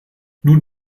nun